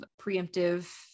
preemptive